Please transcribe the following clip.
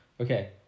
Okay